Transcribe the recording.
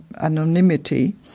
anonymity